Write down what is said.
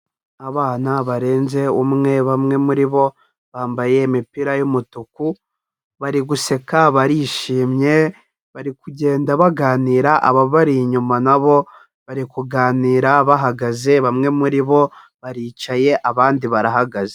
Abana barenze umwe bamwe muri bo bambaye imipira y'umutuku, bari guseka barishimye bari kugenda baganira ababari inyuma na bo bari kuganira bahagaze, bamwe muri bo baricaye abandi barahagaze.